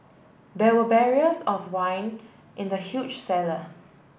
there were barriers of wine in the huge cellar